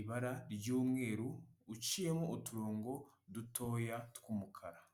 ibara ry'umweru uciyemo uturongo dutoya tw'umukara.